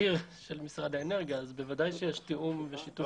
בכיר של משרד האנרגיה אז בוודאי שיש תיאום ושיתוף פעולה עם הרשויות.